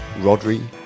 Rodri